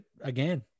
again